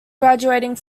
graduating